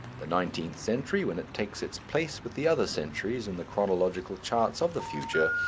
the nineteenth century, when it takes its place with the other centuries in the chronological charts of the future,